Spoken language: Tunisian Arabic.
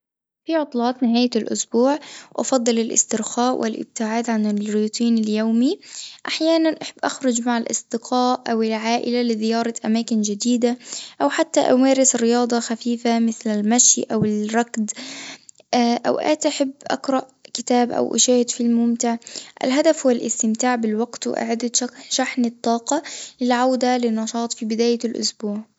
في عطلات نهاية الأسبوع أفضل الاسترخاء والابتعاد عن الروتين اليومي، أحيانًا أحب أخرج مع الأصدقاء أو العائلة لزيارة أماكن جديدة أو حتى أمارس رياضة خفيفة مثل المشي أو الرقض، أوقات أحب أقرأ كتاب أو أشاهد فيلم ممتع، الهدف هوالاستمتاع بالوقت وإعادة شر- شحن الطاقة للعودة للنشاط في بداية الأسبوع.